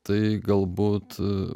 tai galbūt